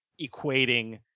equating